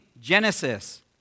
Genesis